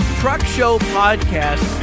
truckshowpodcast